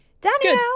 Danielle